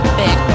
big